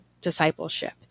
discipleship